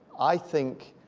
i think